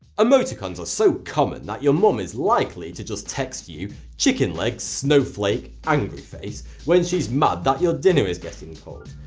emoticons are so common that your mum is likely to just text you chicken leg, snowflake, angry face when she's mad that your dinner is getting cold.